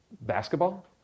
basketball